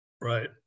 Right